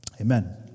Amen